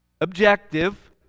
objective